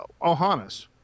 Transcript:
Ohanas